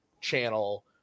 Channel